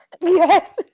Yes